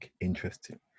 interesting